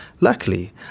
Luckily